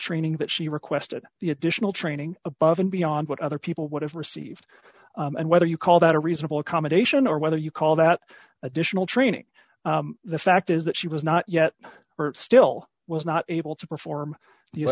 training that she requested the additional training above and beyond what other people would have received and whether you call that a reasonable accommodation or whether you call that additional training the fact is that she was not yet or still was not able to perform